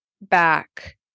back